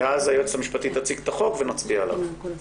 ואז היועצת המשפטית תציג את החוק ונצביע עליו.